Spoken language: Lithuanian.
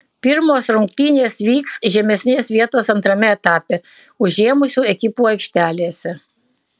pirmos rungtynės vyks žemesnes vietas antrame etape užėmusių ekipų aikštelėse